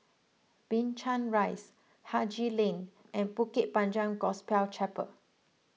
Binchang Rise Haji Lane and Bukit Panjang Gospel Chapel